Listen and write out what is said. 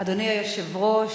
אדוני היושב-ראש,